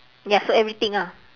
ya so everything ah